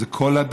זה כל אדם,